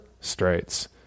straits